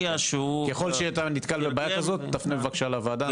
ככל שאתה נתקל בבעיה כזאת תפנה בבקשה לוועדה.